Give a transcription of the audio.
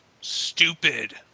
stupid